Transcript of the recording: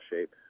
shape